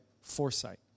foresight